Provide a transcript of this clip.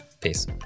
Peace